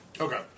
Okay